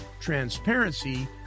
transparency